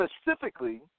specifically